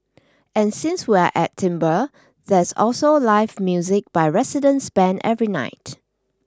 and since we're at Timbre there's also live music by residents bands every night